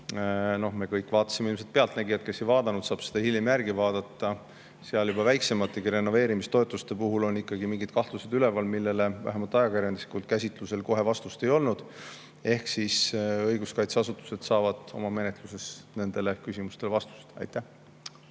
me kõik vaatasime "Pealtnägijat", kes ei vaadanud, saab seda hiljem järgi vaadata. Juba väiksemate renoveerimistoetuste puhul on üleval mingeid kahtlusi, millele vähemalt ajakirjanduslikul käsitlusel kohe vastust ei olnud. Ehk siis õiguskaitseasutused saavad oma menetluses nendele küsimustele vastused. Aitäh!